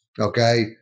okay